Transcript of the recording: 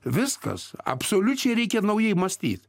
viskas absoliučiai reikia naujai mąstyt